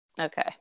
Okay